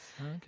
Okay